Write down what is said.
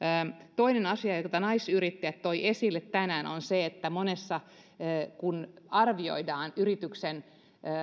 toinen asia jonka naisyrittäjät toivat esille tänään on se että kun arvioidaan yrityksen